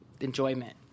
enjoyment